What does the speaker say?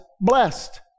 blessed